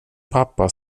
pappa